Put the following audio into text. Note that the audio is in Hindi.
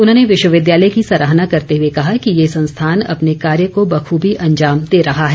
उन्होंने विश्वविद्यालय की सराहना करते हुए कहा कि ये संस्थान अपने कार्य को बखूबी अंजाम दे रहा है